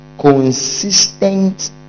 consistent